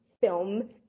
film